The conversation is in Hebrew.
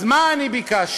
אז מה אני ביקשתי?